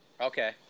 Okay